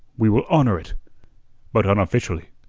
we will honour it but unofficially.